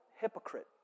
hypocrite